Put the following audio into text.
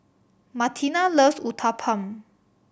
Martina loves Uthapam